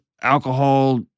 Alcohol